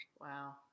Wow